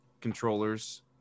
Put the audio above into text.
controllers